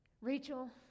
Rachel